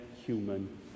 human